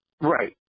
Right